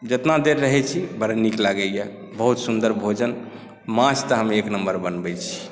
जितना देर रहैत छी बड़ा नीक लागैए बहुत सुन्दर भोजन माछ तऽ हम एक नम्बर बनबैत छी